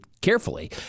carefully